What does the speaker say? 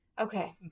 Okay